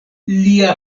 lia